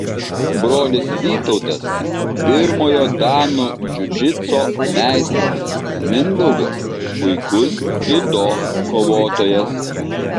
brolis vytautas pirmojo dano džiudžitso meistras mindaugas puikus dziudo kovotojas